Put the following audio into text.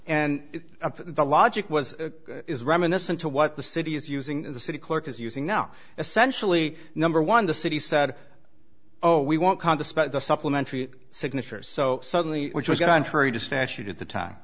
and the logic was is reminiscent to what the city is using the city clerk is using now essentially number one the city said oh we won't convert supplementary signatures so suddenly which was